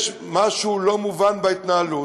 יש משהו לא מובן בהתנהלות.